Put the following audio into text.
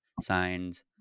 signed